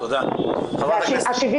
אנחנו לא הסכמנו ל-70